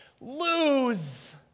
lose